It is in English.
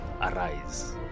Arise